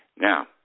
Now